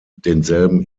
denselben